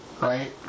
Right